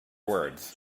words